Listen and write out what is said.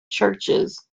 churches